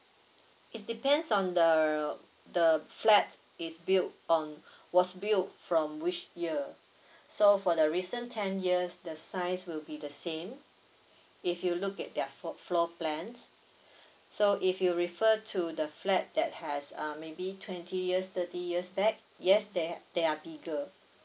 it's depends on the the flat is built on was built from which year so for the recent ten years the size will be the same if you look at their for floor plans so if you refer to the flat that has um maybe twenty years thirty years back yes they they are bigger